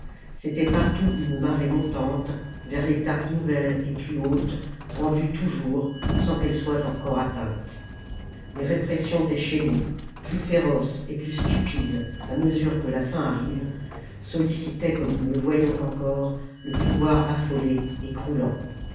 c'était partout une marée montante vers l'étape nouvelle et plus haute en vue toujours sans qu'elle soit encore atteinte les répressions déchaînées plus féroces et plus stupides à mesure que la fin arrive sollicitaient comme nous le voyons encore le pouvoir affolé